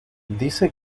dice